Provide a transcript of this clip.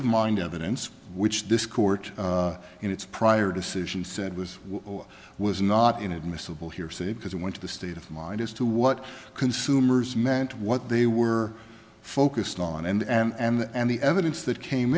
of mind evidence which this court in its prior decision said was or was not inadmissible hearsay because it went to the state of mind as to what consumers meant what they were focused on and the evidence that came